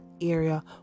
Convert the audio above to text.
area